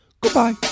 Goodbye